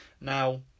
now